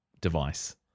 device